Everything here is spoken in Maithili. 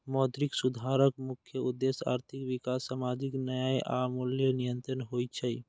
मौद्रिक सुधारक मुख्य उद्देश्य आर्थिक विकास, सामाजिक न्याय आ मूल्य नियंत्रण होइ छै